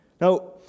Now